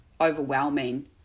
overwhelming